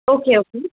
okay okay